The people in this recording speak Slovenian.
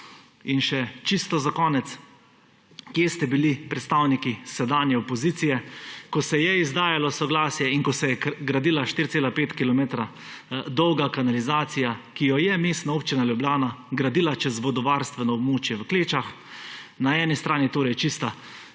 Še čisto za konec. Kje ste bili predstavniki sedanje opozicije, ko se je izdajalo soglasje in ko se je gradila 4,5 kilometra dolga kanalizacija, ki jo je Mestna občina Ljubljana gradila čez vodovarstveno območje v Klečah? Na eni strani čista